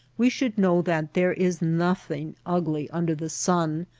we should know that there is nothing ugly under the sun,